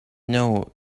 know